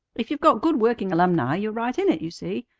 if you've got good working alumni, you're right in it, you see.